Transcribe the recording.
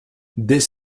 dès